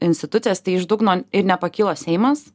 institucijas tai iš dugno ir nepakilo seimas